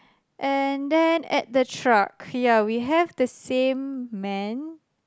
and then at the truck ya we have the same man